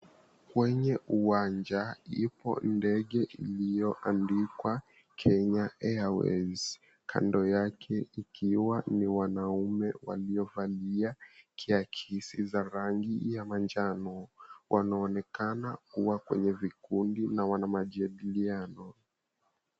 Kwenye uwanja ipo ndege iliyoandikwa, Kenya Airways kando yake, ikiwa ni wanaume waliovalia kiakisi za rangi ya manjano wanaonekana kuwa kwenye vikundi na wana majadiliano.